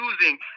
losing